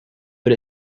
but